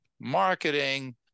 marketing